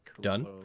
done